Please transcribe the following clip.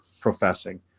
professing